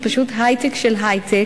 זה פשוט היי-טק של היי-טק,